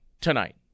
tonight